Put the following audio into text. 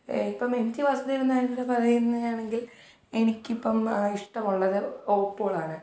ഇപ്പം M T Vasudevan നായരുടെ പറയുന്നെയാണെങ്കിൽ എനിക്കിപ്പം ഇഷ്ടമുള്ളത് ഓപ്പോളാണ്